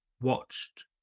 watched